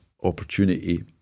opportunity